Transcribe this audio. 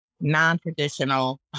non-traditional